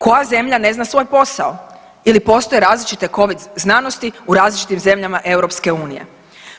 Koja zemlja ne zna svoj posao ili postoje različite COVID znanosti u različitim zemljama EU-a?